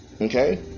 okay